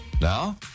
Now